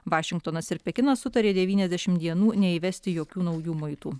vašingtonas ir pekinas sutarė devyniasdešimt dienų neįvesti jokių naujų muitų